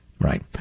Right